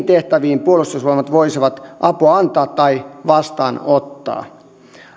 tehtäviin puolustusvoimat voisivat apua antaa tai vastaanottaa